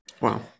Wow